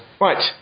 right